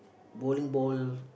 bowling ball